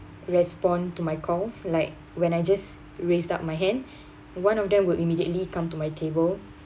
respond to my calls like when I just raised up my hand one of them will immediately come to my table